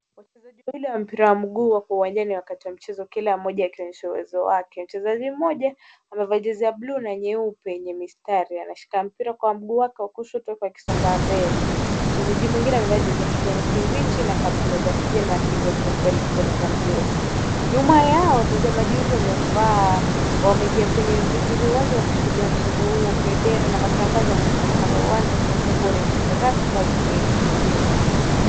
Wachezaji wawili wa mpira wa miguu wako uwanjani wakati wa mchezo, kila mmoja akionyesha uwezo wake. Mchezaji mmoja, amevaa jezi ya bluu na nyeupe yenye mistari. Anashika mpira kwa mguu wake wa kushoto huku akisonga mbele. Mchezaji mwingine amevaa jezi ya kijani kibichi na kaptura ya kijani na anakimbia kuelekea mpira. Nyuma yao watazamaji wengi wako wamevaa. Wamejaa kwenye uwanja wa michezo wakishuhudia mchezo huo. Bendera na matangazo yanaonekana kando ya uwanja ikionyesha ni mchezo rasmi wa ligi ya nchi ya Kenya.